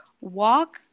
walk